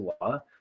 law